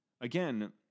again